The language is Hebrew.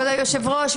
כבוד היושב הראש,